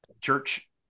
church